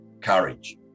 courage